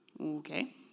okay